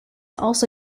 also